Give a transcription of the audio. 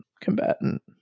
combatant